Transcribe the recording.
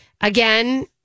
again